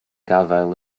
gafael